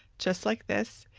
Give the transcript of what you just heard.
just like this.